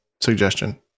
suggestion